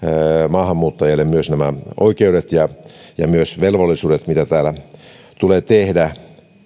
maahanmuuttajille nämä oikeudet ja ja myös velvollisuudet mitä täällä tulee tehdä ja hän